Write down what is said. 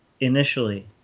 initially